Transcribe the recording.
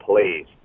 please